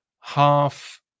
half